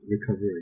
recovery